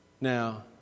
Now